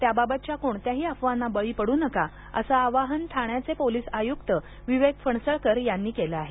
त्याबाबतच्या कोणत्याही अफवांना बळी पडू नका असे आवाहन ठाण्याचे पोलीस आयुक्त विवेक फणसळकर यांनी केले आहे